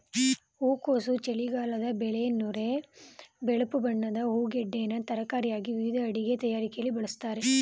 ಹೂಕೋಸು ಚಳಿಗಾಲದ ಬೆಳೆ ನೊರೆ ಬಿಳುಪು ಬಣ್ಣದ ಹೂಗೆಡ್ಡೆನ ತರಕಾರಿಯಾಗಿ ವಿವಿಧ ಅಡಿಗೆ ತಯಾರಿಕೆಲಿ ಬಳಸ್ತಾರೆ